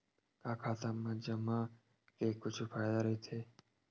का खाता मा जमा के कुछु फ़ायदा राइथे?